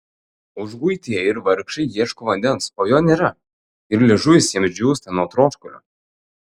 užguitieji ir vargšai ieško vandens o jo nėra ir liežuvis jiems džiūsta nuo troškulio